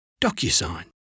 DocuSign